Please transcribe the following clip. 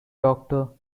doctor